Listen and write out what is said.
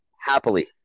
happily